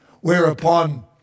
whereupon